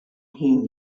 hiene